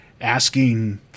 asking